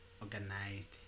organized